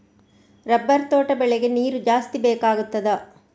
Rubber ತೋಟ ಬೆಳೆಗೆ ನೀರು ಜಾಸ್ತಿ ಬೇಕಾಗುತ್ತದಾ?